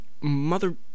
mother